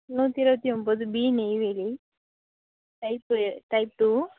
நூற்றி இருபத்தி ஒம்பது B Neyveli type type two